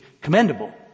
commendable